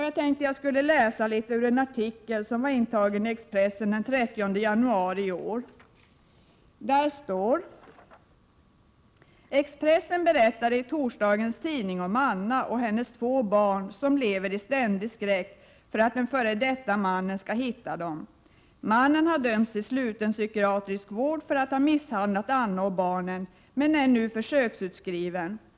Jag skall läsa litet ur en artikel som fanns i Expressen den 30 januari i år: ”Expressen berättade i torsdagens tidning om Anna och hennes två barn, som lever i ständig skräck för att den före detta mannen ska hitta dem. Mannen har dömts till sluten psykiatrisk vård för att ha misshandlat Anna och barnen, men är nu försöksutskriven.